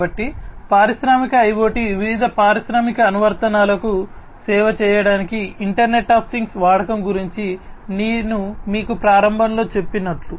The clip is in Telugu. కాబట్టి పారిశ్రామిక ఐయోటి వివిధ పారిశ్రామిక అనువర్తనాలకు సేవ చేయడానికి ఇంటర్నెట్ ఆఫ్ థింగ్స్ వాడకం గురించి నేను మీకు ప్రారంభంలో చెప్పినట్లు